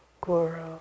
Guru